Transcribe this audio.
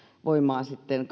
voimaan sitten